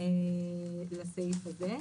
לפרק ז'.